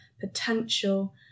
potential